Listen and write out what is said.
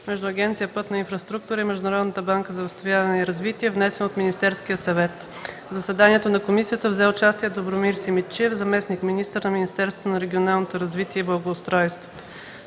между Агенция „Пътна инфраструктура” и Международната банка за възстановяване и развитие, внесен от Министерския съвет. В заседанието на Комисията взе участие Добромир Симидчиев – заместник-министър на Министерството на регионалното развитие и благоустройството.